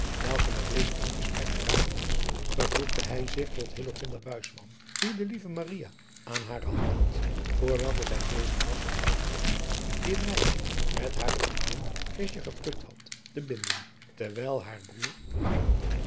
welke met dezen in gesprek geraakt was vervoegde hij zich tot hillegonda buisman die de lieve maria aan hare hand had voor welke zij bezig was een ruikertje bloemen die het meisje met hare vriendin krisje geplukt had te binden terwijl haar broêr